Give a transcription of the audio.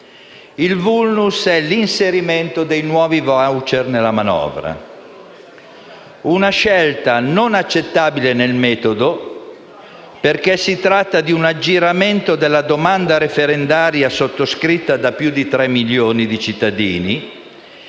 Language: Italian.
dall'inserimento dei nuovi *voucher* nella manovra, una scelta non accettabile nel metodo, perché si tratta di un aggiramento della domanda referendaria sottoscritta da più di tre milioni di cittadini,